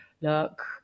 look